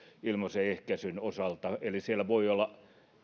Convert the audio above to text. ilmaisen ehkäisyn osalta eli siellä voi olla